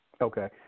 Okay